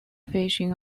fishing